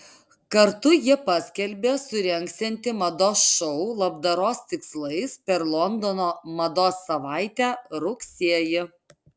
kartu ji paskelbė surengsianti mados šou labdaros tikslais per londono mados savaitę rugsėjį